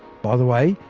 by the way,